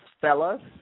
fellas